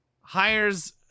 hires